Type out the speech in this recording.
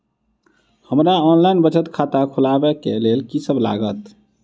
हमरा ऑनलाइन बचत खाता खोलाबै केँ लेल की सब लागत?